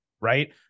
right